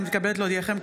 הינני מתכבדת להודיעכם,